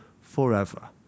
forever